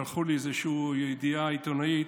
שלחו לי איזושהי ידיעה עיתונאית,